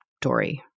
Dory